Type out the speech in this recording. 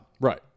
Right